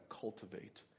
cultivate